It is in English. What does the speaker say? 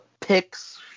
picks